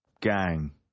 gang